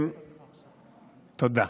תודה.